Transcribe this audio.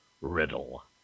riddle